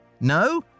No